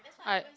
I